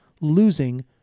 losing